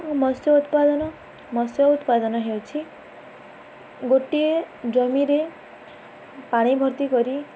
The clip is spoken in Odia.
ମତ୍ସ୍ୟ ଉତ୍ପାଦନ ମତ୍ସ୍ୟ ଉତ୍ପାଦନ ହେଉଛି ଗୋଟିଏ ଜମିରେ ପାଣି ଭର୍ତ୍ତି କରି